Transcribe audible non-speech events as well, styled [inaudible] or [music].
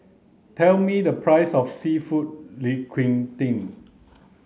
tell me the price of Seafood [unintelligible]